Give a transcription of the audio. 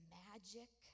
magic